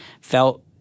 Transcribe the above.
felt